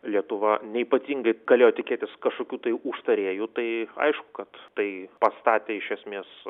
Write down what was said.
lietuva neypatingai galėjo tikėtis kažkokių tai užtarėjų tai aišku kad tai pastatė iš esmės